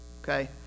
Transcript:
okay